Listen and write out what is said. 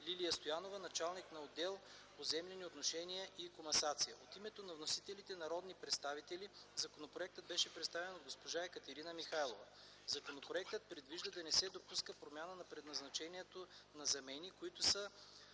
Лилия Стоянова – началник на отдел „Поземлени отношения и комасация”. От името на вносителите – народни представители, законопроектът беше представен от госпожа Екатерина Михайлова. Законопроектът предвижда да не се допуска промяна на предназначението за замени, които са